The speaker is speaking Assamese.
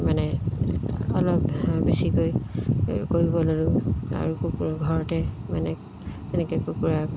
মানে অলপ বেছিকৈ কৰিব ল'লো আৰু কুকুৰা ঘৰতে মানে এনেকৈ কুকুৰা